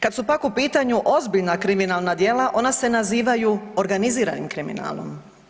Kad su pak u pitanju ozbiljna kriminalna djela ona se nazivaju organiziranim kriminalom.